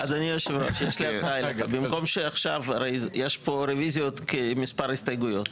היושב-ראש, יש פה רוויזיות כמספר הסתייגות.